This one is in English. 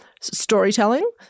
storytelling